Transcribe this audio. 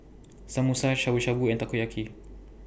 Samosa Shabu Shabu and Takoyaki